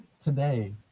today